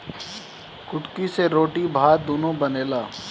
कुटकी से रोटी भात दूनो बनेला